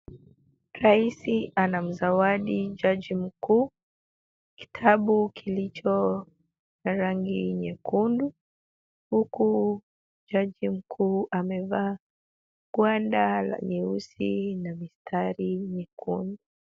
Rais anamzawadi jaji mkuu, kitabu kilicho na rangi nyekundu, huku jaji mkuu amevaa gwanda la nyeusi na mistari myekundu.